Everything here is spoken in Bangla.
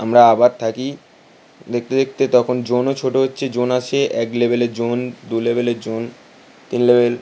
আমরা আবার থাকি দেখতে দেখতে তখন জোনও ছোটো হচ্ছে জোন আছে এক লেবেলের জোন দু লেবেলের জোন তিন লেবেল